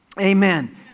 amen